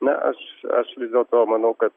na aš aš vis dėlto manau kad